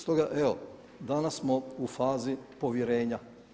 Stoga evo danas smo u fazi povjerenja.